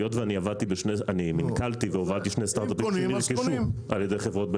ואני נתקלתי והובלתי שני סטארט-אפים על ידי חברות בין-לאומיות.